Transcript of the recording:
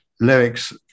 lyrics